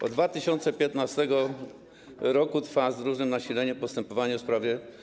Od 2015 r. trwa - z różnym nasileniem - postępowanie w sprawie.